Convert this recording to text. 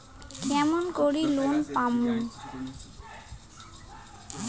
কেমন করি লোন নেওয়ার পামু?